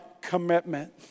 commitment